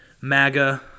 MAGA